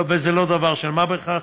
וזה לא דבר של מה בכך,